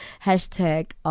Hashtag